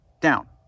down